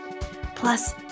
Plus